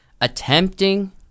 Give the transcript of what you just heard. attempting